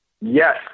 Yes